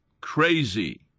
crazy